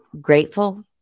grateful